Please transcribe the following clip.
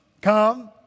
come